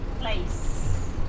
place